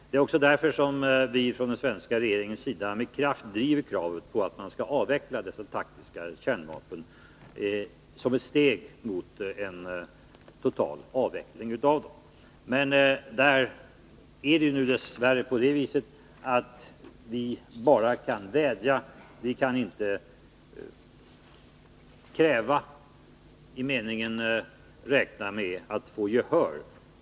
Det är också därför som vi från den svenska regeringens sida med kraft driver kravet på att man skall minska dessa taktiska kärnvapen som ett steg mot en total avveckling av den. Men därvidlag är det nu dess värre på det sättet att vi bara kan vädja — vi kan inte kräva, i meningen räkna med att få gehör.